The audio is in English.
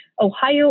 Ohio